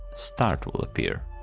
start will appear.